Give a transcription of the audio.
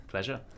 Pleasure